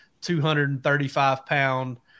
235-pound